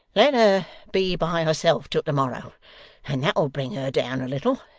let her be by herself till to-morrow, and that'll bring her down a little.